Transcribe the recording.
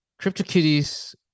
CryptoKitties